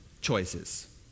choices